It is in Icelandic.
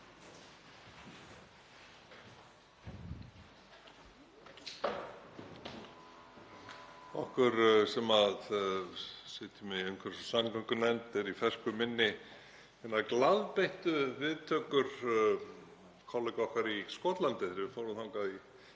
Okkur sem sitjum í umhverfis- og samgöngunefnd eru í fersku minni hinar glaðbeittu viðtökur kollega okkar í Skotlandi þegar við fórum þangað í